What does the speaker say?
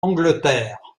angleterre